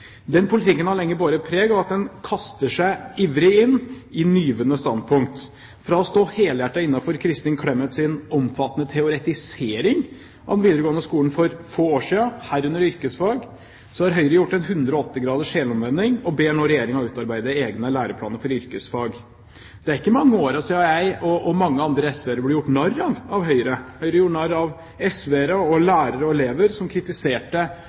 Den politikken har lenge båret preg av at en kaster seg ivrig inn i nyvunne standpunkt. Fra å stå helhjertet inne for Kristin Clemets omfattende teoretisering av den videregående skolen for få år siden, herunder yrkesfag, har Høyre gjort en 180 graders helomvending og ber nå Regjeringen utarbeide egne lærerplaner for yrkesfag. Det er ikke mange årene siden jeg og mange SV-ere ble gjort narr av av Høyre. Høyre gjorde narr av SV-ere og lærere og elever som kritiserte